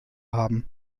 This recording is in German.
haben